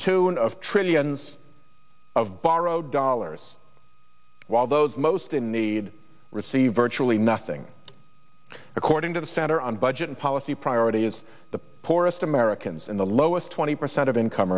tune of trillions of borrowed dollars while those most in need receive virtually nothing according to the center on budget and policy priority is the poorest americans and the lowest twenty percent of income